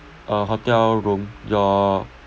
a hotel room your